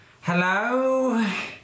Hello